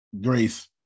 Grace